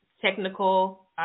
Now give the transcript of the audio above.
technical